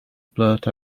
blurt